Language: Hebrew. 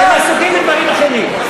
הם עסוקים בדברים אחרים.